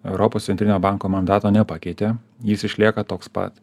europos centrinio banko mandato nepakeitė jis išlieka toks pat